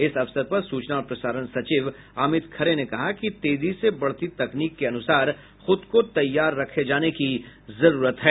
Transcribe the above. इस अवसर पर सूचना और प्रसारण सचिव अमित खरे ने कहा कि तेजी से बढ़ती तकनीक के अनुसार खूद को तैयार रखे जाने की जरूरत है